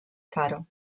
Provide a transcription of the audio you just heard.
faro